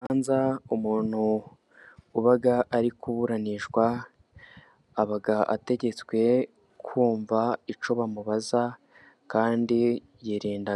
Urubanza, umuntu uba ari kuburanishwa aba ategetswe kumva icyo bamubaza, kandi yirinda